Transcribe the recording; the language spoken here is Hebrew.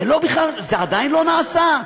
זה עדיין לא נעשה?